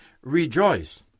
rejoice